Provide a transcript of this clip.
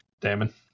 Damon